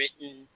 written